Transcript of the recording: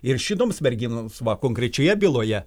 ir šitoms merginoms va konkrečioje byloje